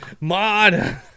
mod